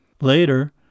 Later